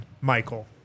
Michael